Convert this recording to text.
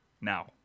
now